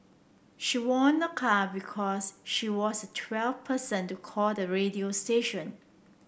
she won a car because she was the twelfth person to call the radio station